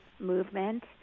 movement